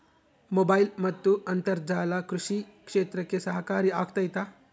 Mobile ಮತ್ತು ಅಂತರ್ಜಾಲ ಕೃಷಿ ಕ್ಷೇತ್ರಕ್ಕೆ ಸಹಕಾರಿ ಆಗ್ತೈತಾ?